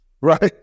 Right